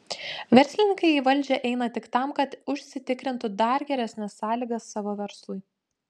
verslininkai į valdžią eina tik tam kad užsitikrintų dar geresnes sąlygas savo verslui